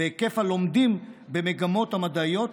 והיקף הלומדים במגמות המדעיות,